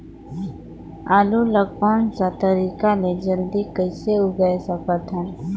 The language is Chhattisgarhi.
आलू ला कोन सा तरीका ले जल्दी कइसे उगाय सकथन?